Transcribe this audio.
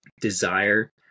desire